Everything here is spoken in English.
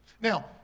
Now